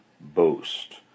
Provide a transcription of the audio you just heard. boast